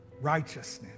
righteousness